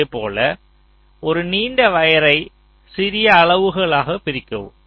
இதேபோல் ஒரு நீண்ட வயரை சிறிய அளவுகளாக பிரிக்கவும்